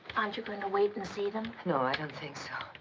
aren't you going to wait and see them? no, i don't think so.